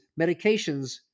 medications